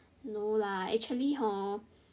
no lah actually hor